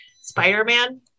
Spider-Man